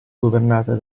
governata